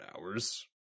hours